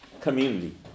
community